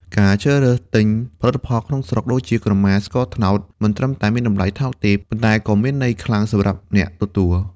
ការជ្រើសរើសទិញផលិតផលក្នុងស្រុក ដូចជាក្រមា ឬស្ករត្នោត មិនត្រឹមតែមានតម្លៃថោកទេ ប៉ុន្តែក៏មានន័យខ្លាំងសម្រាប់អ្នកទទួល។